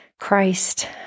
Christ